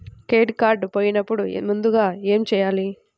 Credit card పోయినపుడు ముందుగా ఏమి చేయాలి?